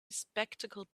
bespectacled